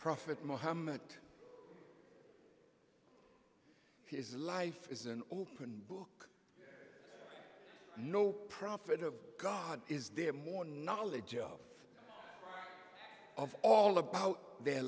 prophet muhammad his life is an open book no prophet of god is there more knowledge of of all about their